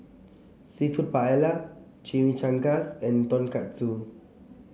seafood Paella Chimichangas and Tonkatsu